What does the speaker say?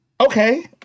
Okay